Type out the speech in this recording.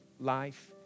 life